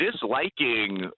disliking